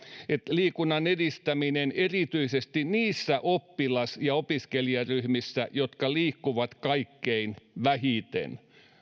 liikunnan edistäminen erityisesti niissä oppilas ja opiskelijaryhmissä jotka liikkuvat kaikkein vähiten